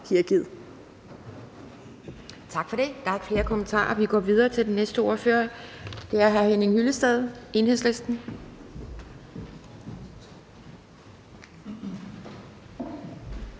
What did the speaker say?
Tak for det. Der er ikke flere kommentarer. Vi går videre til den næste ordfører, og det er hr. Henning Hyllested, Enhedslisten.